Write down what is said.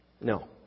No